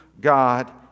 God